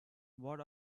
what